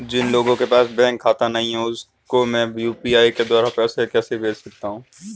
जिन लोगों के पास बैंक खाता नहीं है उसको मैं यू.पी.आई के द्वारा पैसे भेज सकता हूं?